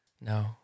No